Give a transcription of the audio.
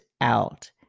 out